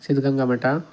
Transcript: Siddaganga Math